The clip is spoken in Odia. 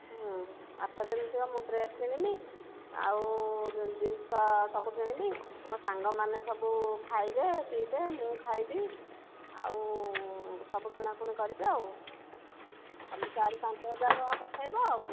ଆଠ ଦିନ ଥିବ ମୁଁ ଡ୍ରେସ୍ କିଣିବି ଆଉ ଜିନିଷ ସବୁ କିଣିବି ମୋ ସାଙ୍ଗମାନେ ସବୁ ଖାଇବେ ପିଇବେ ମୁଁ ଖାଇବି ଆଉ ସବୁ କିଣା କୁଣି କରିବି ଆଉ ତୁମେ ଚାରି ପାଞ୍ଚ ହଜାର ଟଙ୍କା ପଠାଇବ ଆଉ